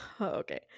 okay